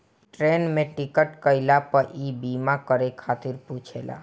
train में ticket कईला पअ इ बीमा करे खातिर पुछेला